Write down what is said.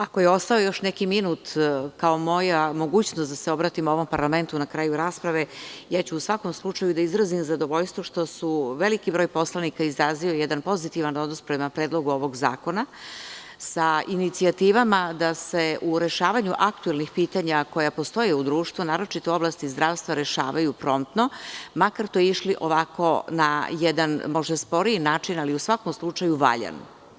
Ako je ostao još neki minut, kao moja mogućnost da se obratim ovom parlamentu na kraju rasprave, ja ću u svakom slučaju da izrazim zadovoljstvo što je veliki broj poslanika izrazio jedan pozitivan odnos prema Predlogu ovog zakona, sa inicijativama da se u rešavanju aktuelnih pitanja koja postoje u društvu, naročito u oblasti zdravstva, rešavaju promptno, makar išli ovako, ne jedan sporiji način, ali, u svakom slučaju valjan.